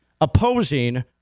opposing